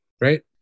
right